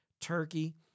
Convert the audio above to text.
turkey